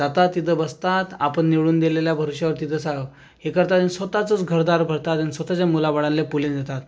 जातात तिथं बसतात आपण निवडून दिलेल्या वर्षवर तिथं सा हे करतात आणि स्वत चंच घरदार भरतात आणि स्वत च्या मुलाबाळाला पुढे नेतात